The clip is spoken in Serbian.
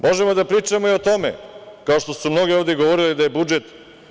Možemo da pričamo i o tome, kao što su mnogi ovde govorili, da je budžet predizboran.